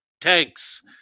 tanks